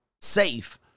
safe